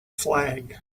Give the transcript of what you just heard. flag